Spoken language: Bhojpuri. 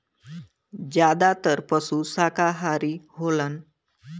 जादातर पसु साकाहारी होलन